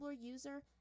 user